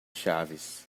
chaves